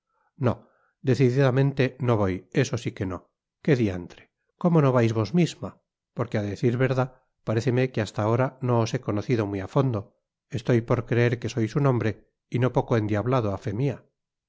nó decididamente no voy eso si que no qué diantre cómo no vais vos misma porque á decir verdad paréceme que hasta ahora no os he conocido muy á fondo estoy por creer que sois un hombre y no poco endiablado